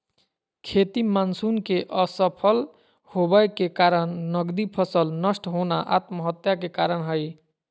खेती मानसून के असफल होबय के कारण नगदी फसल नष्ट होना आत्महत्या के कारण हई